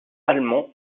allemands